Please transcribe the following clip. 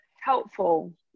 helpful